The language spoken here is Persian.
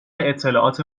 اطلاعات